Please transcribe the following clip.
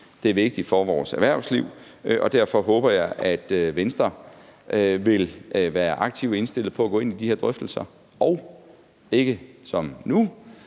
det er vigtigt for vores erhvervsliv. Derfor håber jeg, at Venstre vil være aktivt indstillet på at gå ind i de her drøftelser og ikke som nu